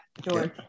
George